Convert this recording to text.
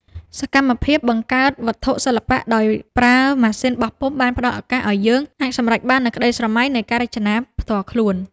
សកម្មភាពបង្កើតវត្ថុសិល្បៈដោយប្រើម៉ាស៊ីនបោះពុម្ពបានផ្ដល់ឱកាសឱ្យយើងអាចសម្រេចបាននូវក្តីស្រមៃនៃការរចនាផ្ទាល់ខ្លួន។